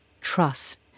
trust